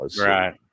Right